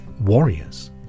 Warriors